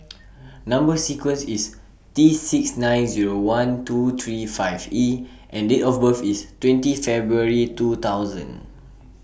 Number sequence IS T six nine Zero one two three five E and Date of birth IS twenty February two thousand